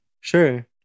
Sure